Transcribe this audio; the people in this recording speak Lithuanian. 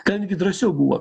kadangi drąsiau buvo